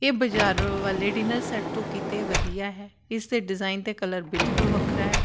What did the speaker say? ਇਹ ਬਜ਼ਾਰੋਂ ਵਾਲੇ ਡਿਨਰ ਸੈੱਟ ਤੋਂ ਕਿਤੇ ਵਧੀਆ ਹੈ ਇਸ ਦੇ ਡਿਜ਼ਾਇਨ ਅਤੇ ਕਲਰ ਬਿਲਕੁਲ ਵੱਖਰਾ ਹੈ